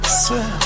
swear